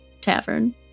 Tavern